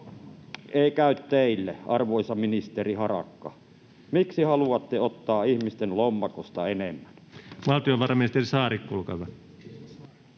käy teille, arvoisa ministeri Harakka? Miksi haluatte ottaa ihmisten lompakosta enemmän? Valtiovarainministeri Saarikko, olkaa hyvä.